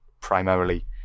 primarily